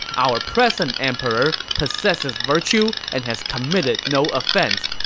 our present emperor possesses virtue and has committed no offense.